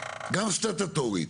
גם סטטוטורית,